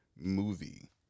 Movie